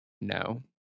No